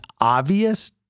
obvious